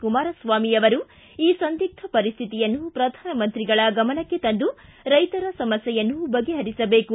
ಕುಮಾರಸ್ವಾಮಿ ಅವರು ಈ ಸಂದಿಗ್ದ ಪರಿಸ್ಠಿತಿಯನ್ನು ಪ್ರಧಾನಮಂತ್ರಿಗಳ ಗಮನಕ್ಕೆ ತಂದು ರೈತರ ಸಮಸ್ಯೆಯನ್ನು ಬಗೆಹರಿಸಬೇಕು